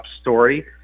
story